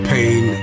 Pain